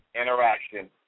interaction